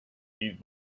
eat